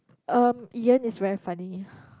um Ian is very funny